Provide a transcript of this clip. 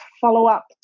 follow-up